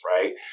right